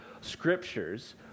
scriptures